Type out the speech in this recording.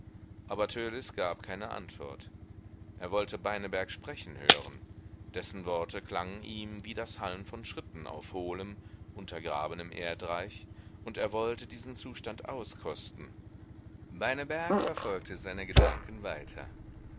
aber törleß gab keine antwort er wollte beineberg sprechen hören dessen worte klangen ihm wie das hallen von schritten auf hohlem untergrabenem erdreich und er wollte diesen zustand auskosten beineberg verfolgte seine gedanken weiter